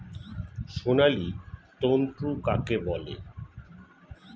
সোনালী তন্তু কাকে বলে?